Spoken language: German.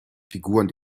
figuren